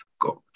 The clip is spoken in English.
God